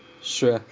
sure